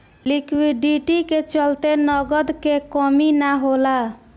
liquidity के चलते नगद के कमी ना होला